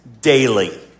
daily